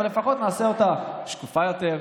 אבל לפחות נעשה אותה שקופה יותר,